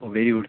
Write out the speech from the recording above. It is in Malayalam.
oh very good